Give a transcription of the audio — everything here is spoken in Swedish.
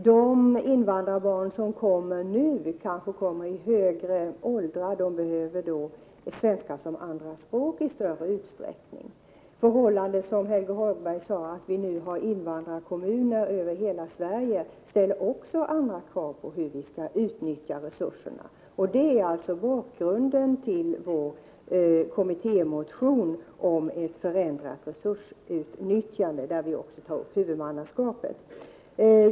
De invandrarbarn som kommer nu kanske kommer i högre åldrar och behöver svenska som andraspråk. Det förhållandet, som Helge Hagberg nämnde, att det nu finns invandrarkommuner över hela Sverige, ställer också andra krav på resursutnyttjandet. Det är alltså bakgrunden till folkpartiets kommittémotion om ett förändrat resursutnyttjande, där också huvudmannaskapet tas upp.